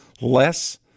less